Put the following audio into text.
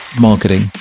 marketing